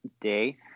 day